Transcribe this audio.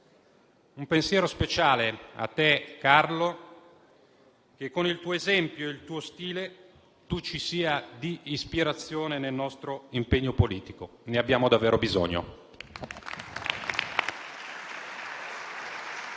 Un pensiero speciale a te, Carlo. Che il tuo esempio e il tuo stile ci sia di ispirazione nel nostro impegno politico. Ne abbiamo davvero bisogno.